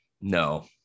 No